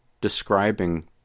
describing